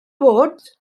bod